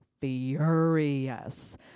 furious